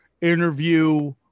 interview